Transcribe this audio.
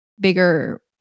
bigger